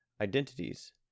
Identities